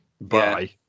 Bye